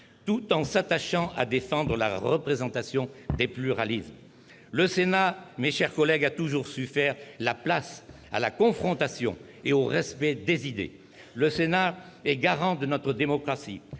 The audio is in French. tout en s'attachant à défendre la représentation des pluralismes. Le Sénat, mes chers collègues, a toujours su faire la place à la confrontation et au respect des idées. Le Sénat est garant de notre démocratie